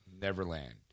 neverland